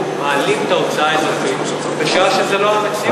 מעלים את ההוצאה האזרחית בשעה שזאת לא המציאות.